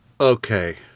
okay